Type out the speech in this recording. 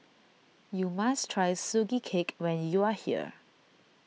you must try Sugee Cake when you are here